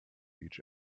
each